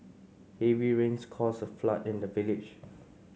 heavy rains caused a flood in the village